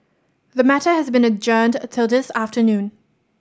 the matter has been adjourned till this afternoon